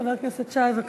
חבר הכנסת שי, בבקשה.